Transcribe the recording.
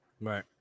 Right